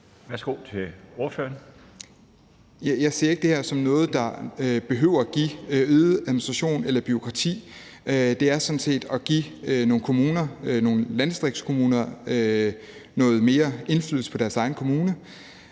Horn Langhoff (S): Jeg ser ikke det her som noget, der behøver at give øget administration eller bureaukrati. Det drejer sig sådan set om at give nogle landdistriktskommuner noget mere indflydelse på deres egen kommune.